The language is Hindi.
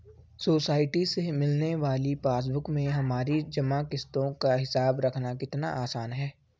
सोसाइटी से मिलने वाली पासबुक में हमारी जमा किश्तों का हिसाब रखना कितना आसान है